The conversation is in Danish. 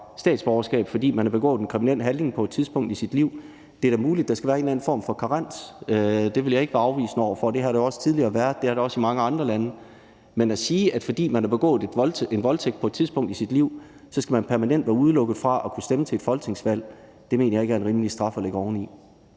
statsborgerskab, fordi man har begået en kriminel handling på et tidspunkt i sit liv. Det er da muligt, at der skal være en eller anden form for karensperiode – det vil jeg ikke være afvisende over for. Det har der også tidligere været, og det er der også i mange andre lande. Men at sige, at fordi man har begået en voldtægt på et tidspunkt i sit liv, skal man permanent være udelukket fra at kunne stemme til et folketingsvalg, mener jeg ikke er en rimelig straf at lægge oveni.